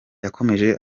yakomeje